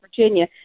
Virginia